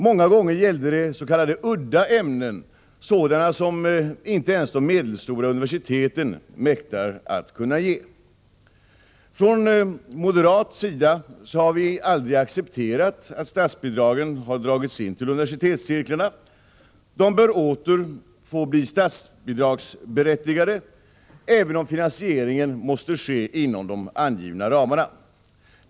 Många gånger gällde det utbildning i s.k. udda ämnen, sådan som inte ens de medelstora universiteten mäktat att kunna ge. Från moderat sida har vi aldrig accepterat att statsbidragen har dragits in till universitetscirklarna. De bör åter få bli statsbidragsberättigade, även om finansieringen måste ske inom de angivna ramarna.